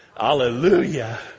Hallelujah